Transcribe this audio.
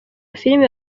filime